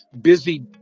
busy